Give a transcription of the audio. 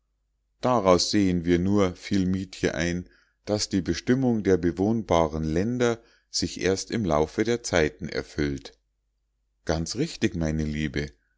daraus sehen wir nur fiel mietje ein daß die bestimmung der bewohnbaren länder sich erst im laufe der zeiten erfüllt ganz richtig meine liebe